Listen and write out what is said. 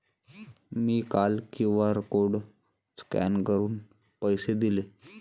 मी काल QR code scan करून पैसे दिले